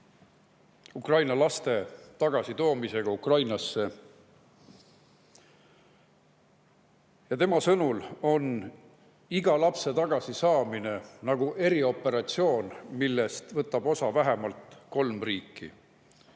Ukraina laste tagasitoomisega Ukrainasse. Tema sõnul on iga lapse tagasisaamine nagu erioperatsioon, millest võtab osa vähemalt kolm riiki.